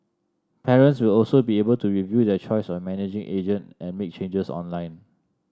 parents will also be able to review their choice of managing agent and make changes online